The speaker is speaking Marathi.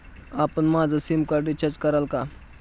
आपण माझं सिमकार्ड रिचार्ज कराल का?